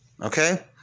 okay